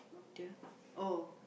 the oh